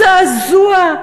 זעזוע: